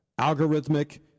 algorithmic